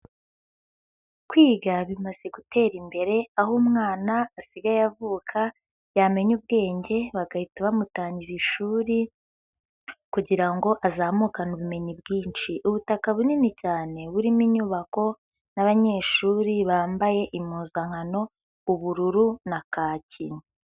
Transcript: Kwiga bimaze gutera imbere aho umwana asigaye avuka yamenya ubwenge bagahita bamutangiza ishuri kugira ngo azamukane ubumenyi bwinshi. Ubutaka bunini cyane burimo inyubako n'abanyeshuri bambaye impuzankano, ubururu na kaki.